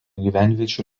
gyvenviečių